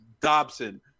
Dobson